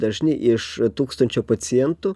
dažni iš tūkstančio pacientų